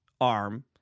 arm